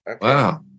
Wow